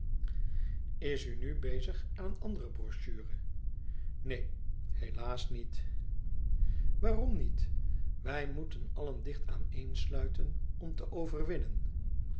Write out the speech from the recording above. is u nu bezig aan een andere brochure neen helaas niet waarom niet wij moeten allen dicht aaneen sluiten om te overwinnen